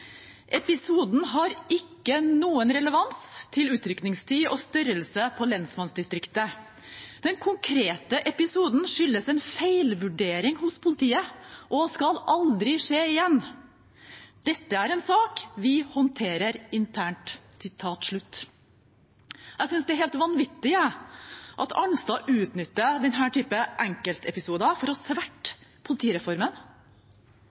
episoden ikke har noen relevans til utrykningstid og størrelse på lensmannsdistriktet. – Denne konkrete episoden skyldes en feilvurdering hos politiet, og det skal aldri skje igjen.» Dette er en sak vi håndterer internt, sier han. Jeg synes det er helt vanvittig at Arnstad utnytter denne typen enkeltepisoder for å